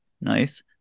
nice